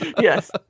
Yes